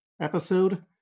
episode